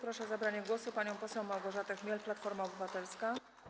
Proszę o zabranie głosu panią poseł Małgorzatę Chmiel, Platforma Obywatelska.